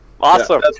Awesome